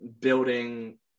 building